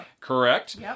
Correct